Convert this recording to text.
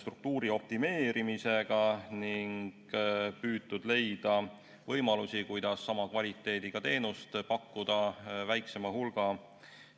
struktuuri optimeerimisega ning püütud leida võimalusi, kuidas sama kvaliteediga teenust pakkuda väiksema hulga